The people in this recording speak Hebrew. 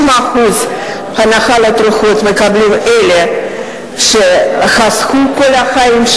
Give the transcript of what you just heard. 60% הנחה לתרופות מקבלים אלה שחסכו כל החיים,